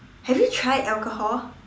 have you tried alcohol